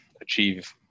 achieve